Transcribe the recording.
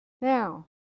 Now